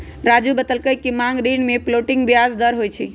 राज़ू बतलकई कि मांग ऋण में फ्लोटिंग ब्याज दर होई छई